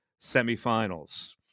semifinals